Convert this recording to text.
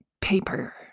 paper